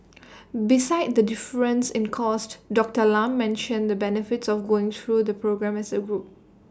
besides the difference in cost Doctor Lam mentioned the benefits of going through the programme as A group